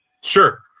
sure